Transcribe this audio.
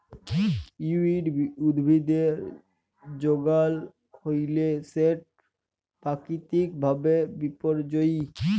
weed উদ্ভিদের যগাল হ্যইলে সেট পাকিতিক ভাবে বিপর্যয়ী